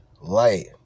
Light